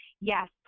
yes